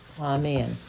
Amen